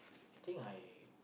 I think I